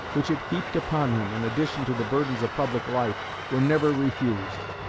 which it heaped upon him in addition to the burdens of public life were never refused.